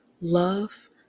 love